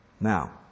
Now